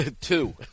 Two